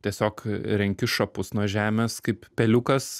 tiesiog renki šapus nuo žemės kaip peliukas